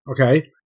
Okay